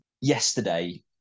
yesterday